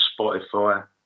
Spotify